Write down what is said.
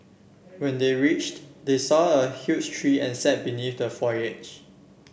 when they reached they saw a huge tree and sat beneath the foliage